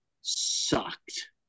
sucked